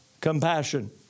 compassion